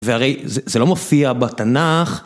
והרי זה לא מופיע בתנ"ך.